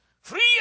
Free